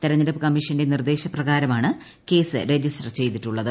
തെരഞ്ഞെടുപ്പ് കമ്മീഷന്റെ നിർദ്ദേശപ്രകാരമാണ് കേസ് രജിസ്റ്റർ ചെയ്തിട്ടുള്ളത്